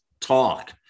talk